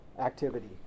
activity